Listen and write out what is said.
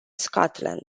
scotland